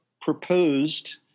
proposed